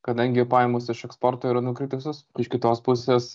kadangi pajamos iš eksporto yra nukritusios iš kitos pusės